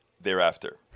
thereafter